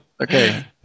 Okay